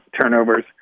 turnovers